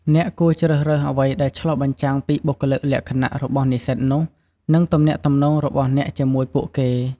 អ្នកគួរជ្រើសរើសអ្វីដែលឆ្លុះបញ្ចាំងពីបុគ្គលិកលក្ខណៈរបស់និស្សិតនោះ និងទំនាក់ទំនងរបស់អ្នកជាមួយពួកគេ។